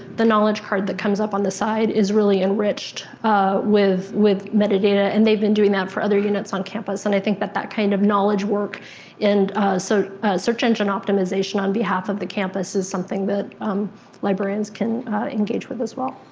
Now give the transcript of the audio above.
the knowledge card that comes up on the side is really enriched with with metadata. and they've been doing that for other units on campus, and i think that that kind of knowledge work and so search engine optimization on behalf of the campus is something that librarians can engage with as well.